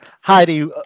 Heidi